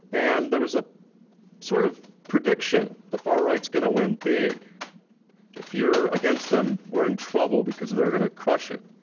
and there was a sort of prediction, the far-right's gonna win big if you're against them, we're in trouble because they're gonna crush it.